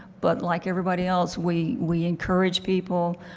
but like everybody else, we we encourage people.